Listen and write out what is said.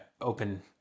open